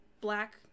black